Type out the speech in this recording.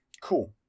cool